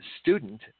student